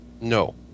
No